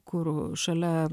kur šalia